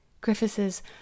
Griffith's